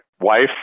wife